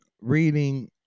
reading